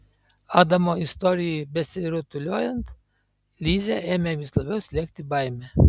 adamo istorijai besirutuliojant lizę ėmė vis labiau slėgti baimė